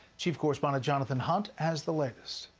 chief correspondent jonathan hunt has the latest.